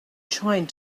trying